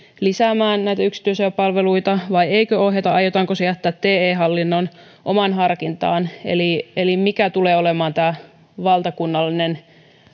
lisäämään näitä yksityisiä palveluita vai eikö aiota ohjata aiotaanko se jättää te hallinnon omaan harkintaan eli eli mikä tulee olemaan tämä valtakunnallinen